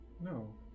No